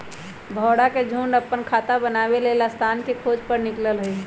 भौरा के झुण्ड अप्पन खोता बनाबे लेल स्थान के खोज पर निकलल हइ